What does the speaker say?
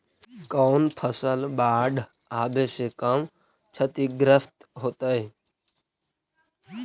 कौन फसल बाढ़ आवे से कम छतिग्रस्त होतइ?